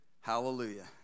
Hallelujah